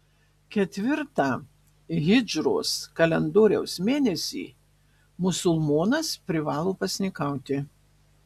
ketvirtą hidžros kalendoriaus mėnesį musulmonas privalo pasninkauti